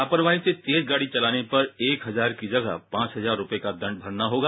लापरवाही से तेज गाड़ी चलाने पर एक हजार की जगह पांच हजार रुपये का दंड भरना होगा